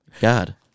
God